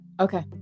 okay